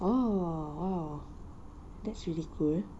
oh oh that's really cool